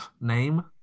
name